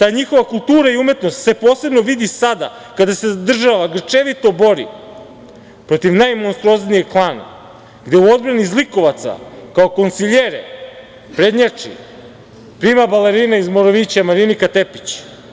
Da, ta njihova kultura i umetnost se posebno vidi sada, kada se država grčevito bori protiv najmonstruoznijeg klana, gde u odbrani zlikovaca kao konsiljere prednjači prima balerina iz Morovića Marinika Tepić.